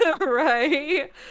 right